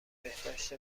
بهداشت